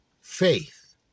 faith